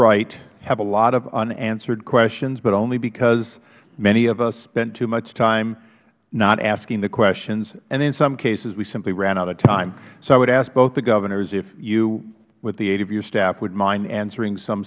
right have a lot of unanswered questions but only because many of us spent too much time not asking the questions and in some cases we simply ran out of time so i would ask both the governors if you with the aid of your staff would mind answering some